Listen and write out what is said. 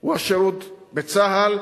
היא השירות בצה"ל,